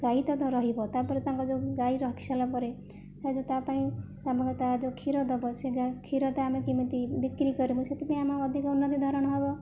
ଗାଈ ତ ତ ରହିବ ତା'ପରେ ତାଙ୍କ ଯେଉଁ ଗାଈ ରଖିସାରିଲା ପରେ ତା ଯେଉଁ ତା'ପାଇଁ ତା'ର ଯେଉଁ କ୍ଷୀର ଦେବ ସିଏ କ୍ଷୀରଟା ଆମେ କେମିତି ବିକ୍ରି କରିବୁ ସେଥିପାଇଁ ଆମ ଅଧିକ ଉନ୍ନତି ଧରଣ ହେବ